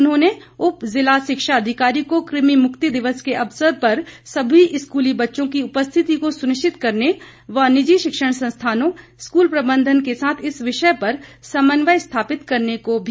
उन्होंने उप जिला शिक्षा अधिकारी को कृमि मुक्ति दिवस के अवसर पर सभी स्कूली बच्चों की उपस्थिति को सुनिश्चित करने व निजी शिक्षण संस्थानों स्कूल प्रबंधन के साथ इस विषय पर समन्वय स्थापित करने को भी कहा